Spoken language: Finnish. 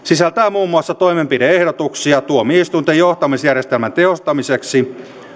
sisältää muun muassa toimenpide ehdotuksia tuomioistuinten johtamisjärjestelmän tehostamiseksi